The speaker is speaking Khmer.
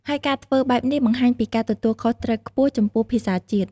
ហើយការធ្វើបែបនេះបង្ហាញពីការទទួលខុសត្រូវខ្ពស់ចំពោះភាសាជាតិ។